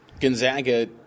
Gonzaga